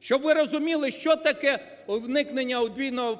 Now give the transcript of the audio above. Щоб ви розуміли що таке уникнення